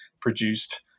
produced